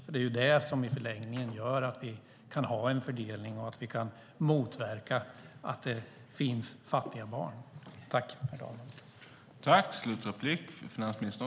Det är nämligen det som i förlängningen gör att vi kan ha en fördelning och att vi kan motverka att det finns fattiga barn.